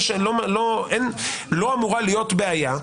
לא אמורה להיות בעיה,